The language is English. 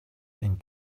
and